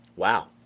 Wow